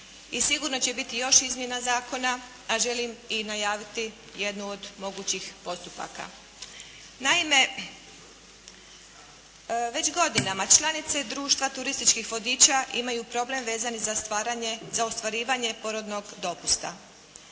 sigurno će biti još izmjena zakona a želim i najaviti i jednu od mogućih postupaka. Naime, već godinama članice Društva turističkih vodiča imaju problem vezan za ostvarivanje porodnog dopusta.